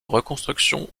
reconstruction